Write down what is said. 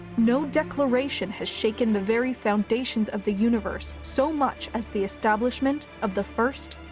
no declaration has shaken the very foundations of the universe so much as the establishment of the first.